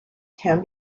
can